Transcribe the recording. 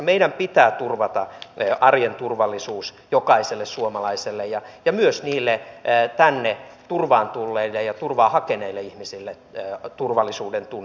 meidän pitää turvata arjen turvallisuus jokaiselle suomalaiselle ja myös niille tänne turvaan tulleille ja turvaa hakeneille ihmisille turvallisuudentunne